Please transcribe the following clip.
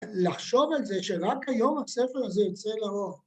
‫לחשוב על זה שרק היום ‫הספר הזה יוצא לאור.